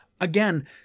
Again